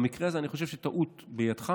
במקרה הזה, אני חושב שטעות בידך.